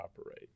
operate